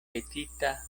petita